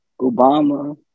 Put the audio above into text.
Obama